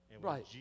right